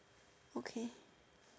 okay